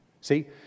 See